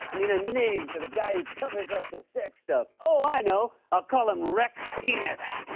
and need a name for the guy who covers up the sex stuff. oh, i know. i'll call him rex penis.